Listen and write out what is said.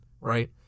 Right